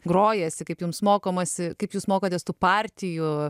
grojasi kaip jums mokomasi kaip jūs mokotės tų partijų